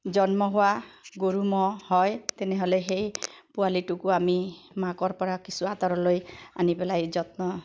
জন্ম হোৱা গৰু ম'হ হয় তেনেহ'লে সেই পোৱালীটোকো আমি মাকৰ পৰা কিছু আঁতৰলৈ আনি পেলাই যত্ন